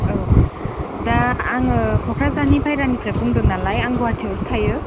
औ दा आंङो क'क्राझारनि बाहिरानिफ्राय बुंदों नालाय आं गुवाहाटिआवसो थायो